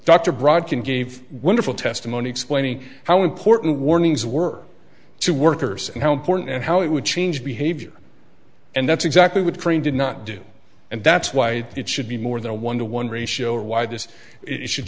can gave wonderful testimony explaining how important warnings were to workers and how important and how it would change behavior and that's exactly what crane did not do and that's why it should be more than a one to one ratio or why this it should